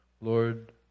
Lord